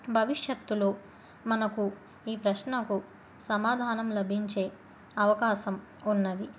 భవిష్యత్తులో మనకు ఈ ప్రశ్నకు సమాధానం లభించే అవకాశం ఉన్నది